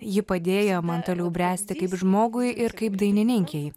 ji padėjo man toliau bręsti kaip žmogui ir kaip dainininkei